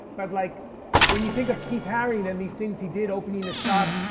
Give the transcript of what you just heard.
but like when you think of keith haring and these things he did opening a shop,